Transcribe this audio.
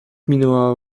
minęła